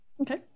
Okay